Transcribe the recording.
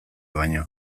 baino